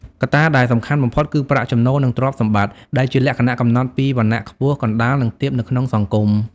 កត្តាដែលសំខាន់បំផុតគឺប្រាក់ចំណូល និងទ្រព្យសម្បត្តិ ដែលជាលក្ខណៈកំណត់ពីវណ្ណៈខ្ពស់ កណ្តាល និងទាបនៅក្នុងសង្គម។